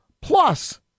plus